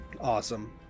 Awesome